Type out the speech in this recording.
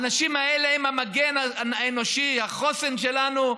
האנשים האלה הם המגן האנושי, החוסן שלנו,